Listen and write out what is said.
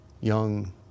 young